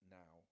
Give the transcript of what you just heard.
now